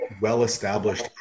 well-established